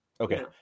Okay